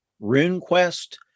RuneQuest